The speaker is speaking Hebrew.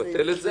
לבטל את הסעיף.